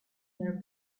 their